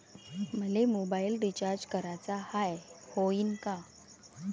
मले mobile recharge कराचा हाय, होईनं का?